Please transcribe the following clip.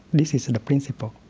this is the principle.